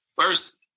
first